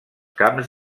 camps